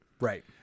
Right